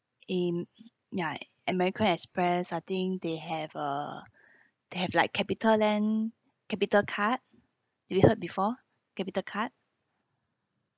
am~ ya American Express I think they have uh they have like capitaland CapitaCard do you heard before CapitaCard